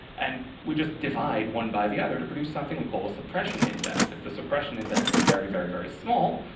and we just divide one by the other to produce something we call a suppression index. if the suppression index is very, very, very small,